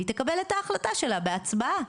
והיא תקבל את ההחלטה שלה בהצבעה.